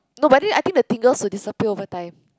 no but then I think the tingles will disappear over time